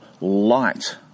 light